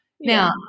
Now